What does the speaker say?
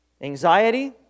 Anxiety